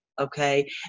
okay